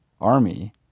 Army